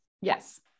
Yes